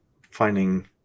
finding